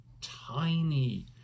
tiny